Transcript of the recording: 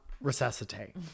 resuscitate